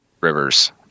rivers